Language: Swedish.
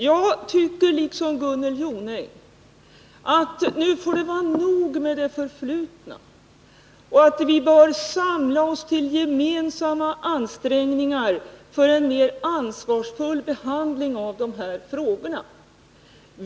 Jag anser liksom Gunnel Jonäng att det nu får vara nog med det förflutna och att vi bör samla oss till gemensamma ansträngningar för en mer ansvarsfull behandling av de här frågorna.